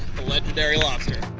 the legendary lobster.